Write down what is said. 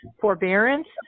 forbearance